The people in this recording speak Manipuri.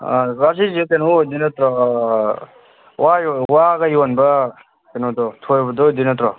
ꯀꯥ ꯁꯤꯖꯦ ꯀꯩꯅꯣ ꯑꯣꯏꯒꯗꯣꯏ ꯅꯠꯇ꯭ꯔꯣ ꯋꯥꯒ ꯌꯣꯟꯕ ꯀꯩꯅꯣꯗꯣ ꯊꯣꯏꯕꯗꯣ ꯑꯣꯏꯒꯗꯣꯏ ꯅꯠꯇ꯭ꯔꯣ